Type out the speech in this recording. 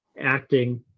acting